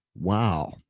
wow